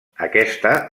aquesta